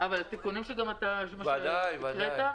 אבל התיקונים, זה מה שהקראת?